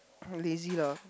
lazy lah